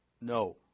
No